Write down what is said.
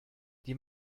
die